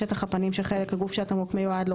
6.1.2 שטח הפנים של חלק הגוף שהתמרוק מיועד לו,